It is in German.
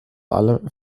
allem